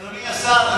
אדוני השר,